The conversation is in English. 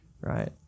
right